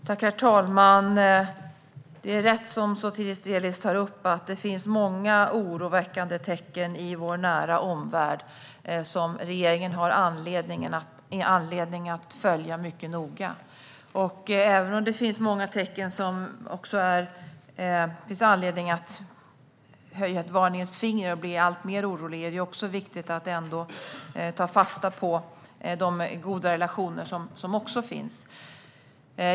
Herr talman! Det är rätt som Sotiris Delis tar upp att det finns många oroväckande tecken i vår nära omvärld som regeringen har anledning att följa mycket noga. Även om det finns många tecken där man har anledning att höja ett varningens finger och bli alltmer orolig är det viktigt att ta fasta på de goda relationer som också finns.